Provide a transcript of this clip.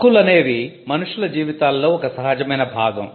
హక్కులు అనేవి మనుష్యుల జీవితాలలో ఒక సహజమైన భాగం